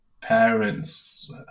parents